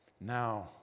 Now